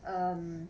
um